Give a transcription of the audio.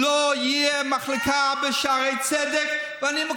לא רוצה לשמוע.